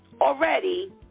already